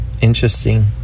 Interesting